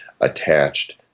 attached